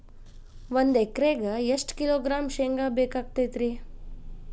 ಒಂದು ಎಕರೆಗೆ ಎಷ್ಟು ಕಿಲೋಗ್ರಾಂ ಶೇಂಗಾ ಬೇಕಾಗತೈತ್ರಿ?